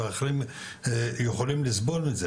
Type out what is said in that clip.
ואחרים יכולים לסבול מזה,